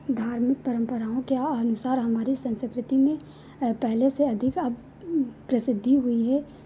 धार्मिक परम्पराओं के अनुसार हमारी संस्कृति में पहले से अधिक अब प्रसिद्धि हुई है